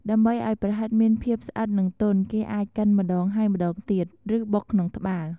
ដើម្បីឱ្យប្រហិតមានភាពស្អិត និងទន់ គេអាចកិនម្ដងហើយម្ដងទៀត ឬបុកក្នុងត្បាល់។